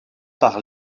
par